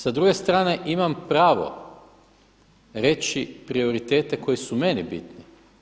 Sa druge strane imam pravo reći prioritete koji su meni bitni.